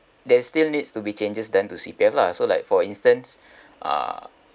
there's still needs to be changes then to C_P_F lah so like for instance uh